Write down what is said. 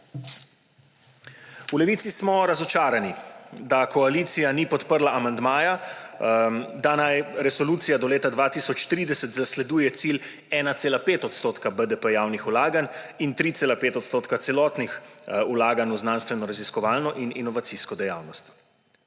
V Levici smo razočarani, da koalicija ni podprla amandmaja, da naj resolucija do leta 2030 zasleduje cilj 1,5 % BDP javnih vlaganj in 3,5 % celotnih vlaganj v znanstvenoraziskovalno in inovacijsko dejavnost.